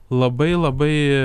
labai labai